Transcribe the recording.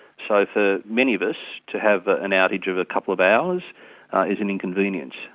so for many of us, to have an outage of a couple of hours is an inconvenience.